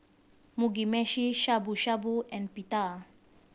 Mugi Meshi Shabu Shabu and Pita